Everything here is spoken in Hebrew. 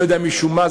לא יודע משום מה,